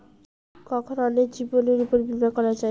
কখন অন্যের জীবনের উপর বীমা করা যায়?